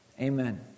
Amen